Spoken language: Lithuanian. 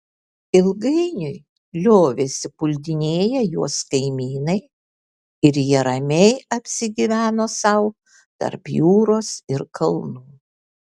ilgainiui liovėsi puldinėję juos kaimynai ir jie ramiai apsigyveno sau tarp jūros ir kalnų